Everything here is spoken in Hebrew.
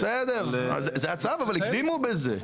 זה הצו אבל הגזימו בזה.